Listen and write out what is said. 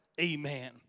Amen